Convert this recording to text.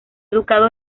educado